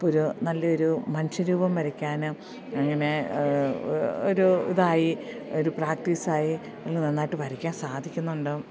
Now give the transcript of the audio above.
ഇപ്പം ഒരു നല്ല ഒരു മനുഷ്യരൂപം വരയ്ക്കാൻ അങ്ങനെ ഒരു ഇതായി ഒരു പ്രാക്ടീസ് ആയി ഇന്ന് നന്നായിട്ട് വരയ്ക്കാൻ സാധിക്കുന്നുണ്ട്